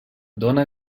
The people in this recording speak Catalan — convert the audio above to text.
dóna